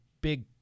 big